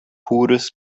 pures